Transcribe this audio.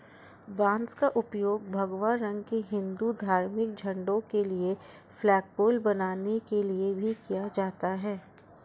बांस का उपयोग भगवा रंग के हिंदू धार्मिक झंडों के लिए फ्लैगपोल बनाने के लिए भी किया जाता है